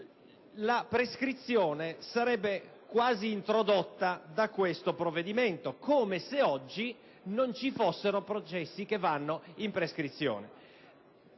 la prescrizione sarebbe quasi introdotta da questo provvedimento, come se oggi non ci fossero processi che vanno in prescrizione.